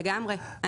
לגמרי.